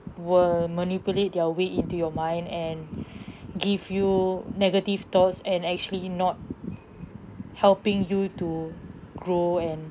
will manipulate their way into your mind and give you negative thoughts and actually not helping you to grow and